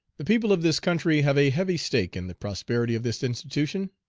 the people of this country have a heavy stake in the prosperity of this institution.